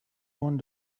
one